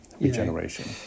regeneration